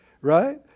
right